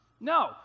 No